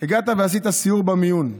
עשית סיור במיון.